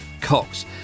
Cox